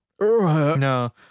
no